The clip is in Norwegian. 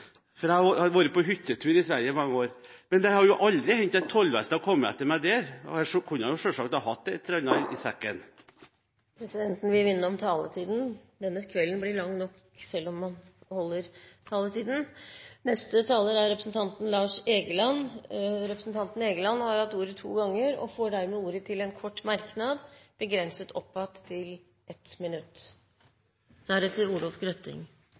Sverige. Jeg har vært i Sverige og handlet – det vet dere også – for jeg har i mange år vært på hyttetur i Sverige. Men det har aldri hendt at Tollvesenet har kommet etter meg der – og jeg kunne jo selvsagt hatt et eller annet i sekken Presidenten vil minne om taletiden. Denne kvelden blir lang nok, selv om man holder taletiden. Representanten Lars Egeland har hatt ordet to ganger tidligere og får ordet til en kort merknad, begrenset til 1 minutt.